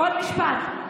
עוד משפט.